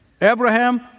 Abraham